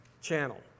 Channel